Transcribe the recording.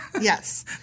Yes